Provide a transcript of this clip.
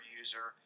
user